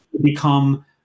become